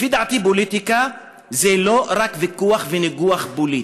לפי דעתי, פוליטיקה זה לא רק ויכוח וניגוח פוליטי,